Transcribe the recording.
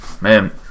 man